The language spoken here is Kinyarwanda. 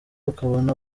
ukabona